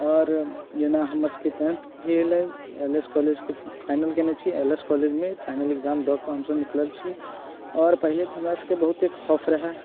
आओर जेना हमर सभके टेंथ भेल अछि एल एस कॉलेजके फाइनल केने छी एल एस कॉलेजमे फाइनल एक्जाम दऽ कऽ हम सभ निकलल छी आओर पहिले तऽ हमरा सभके बहुते खौफ रहै